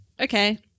Okay